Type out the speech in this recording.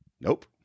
nope